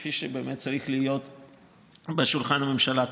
כפי שבאמת צריך להיות בשולחן ממשלה כזה.